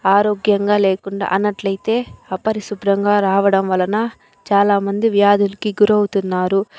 ఆరోగ్యంగా లేకుండా అన్నట్లు అయితే అపరిశుభ్రంగా రావడం వలన చాలామంది వ్యాధులకి గురవుతున్నారు